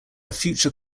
future